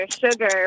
sugar